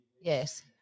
yes